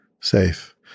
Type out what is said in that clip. safe